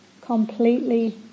completely